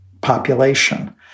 population